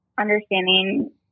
understanding